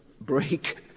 break